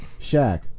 Shaq